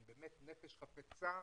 עם נפש חפצה,